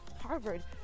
Harvard